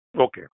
Okay